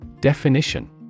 Definition